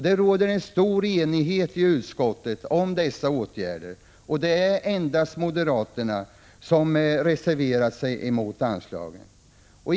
Det råder stor enighet i utskottet om dessa åtgärder. Det är endast moderaterna som reserverat sig emot anslagen.